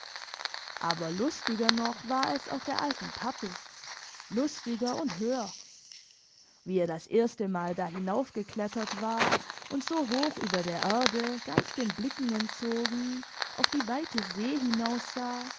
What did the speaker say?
aber lustiger noch war es auf der alten pappel lustiger und höher wie er das erstemal da hinauf geklettert war und so hoch über der erde ganz den blicken entzogen auf die weite see hinaussah